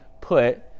put